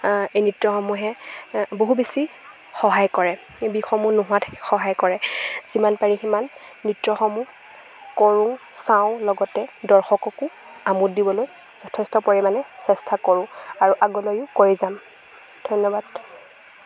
এই নৃত্যসমূহে বহু বেছি সহায় কৰে বিষসমূহ নোহোৱাত সহায় কৰে যিমান পাৰি সিমান নৃত্যসমূহ কৰোঁ চাওঁ লগতে দৰ্শককো আমোদ দিবলৈ যথেষ্ট পৰিমাণে চেষ্টা কৰোঁ আৰু আগলৈও কৰে যাম ধন্যবাদ